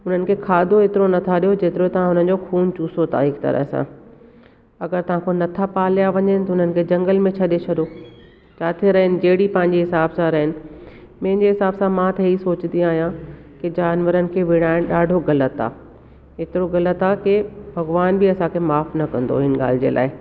हुननि खे खाधो हेतिरो नथा ॾियो जेतिरो ता हुननि जो खून चुसो था हिकु तरह सां अगरि तव्हांखां नथा पालिया वञनि त हुननि खे जंगल में छॾे छॾो जिते रहनि जहिड़ी पंहिंजे हिसाब सां रहनि मुंहिंजे हिसाब सां मां त इहा सोचंदी आहियां की जानवरनि खे विड़ाइनि ॾाढो ग़लति आ हेतिरो ग़लति आहे कि भॻिवान बि असांखे माफ़ न कंदो हिन ॻाल्हि जे लाइ